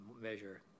measure